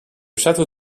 château